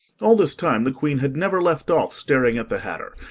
all this time the queen had never left off staring at the hatter,